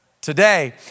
today